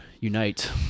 unite